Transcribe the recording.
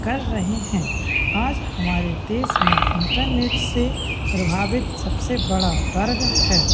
कर रहे हैं आज हमारे देश में इंटरनेट से प्रभावित सबसे बड़ा वर्ग है